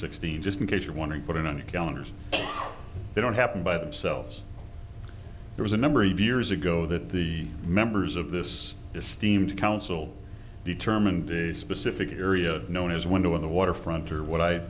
sixteen just in case you're wondering put it on your calendars they don't happen by themselves there was a number of years ago that the members of this is steamed council determined a specific area known as window on the waterfront to what i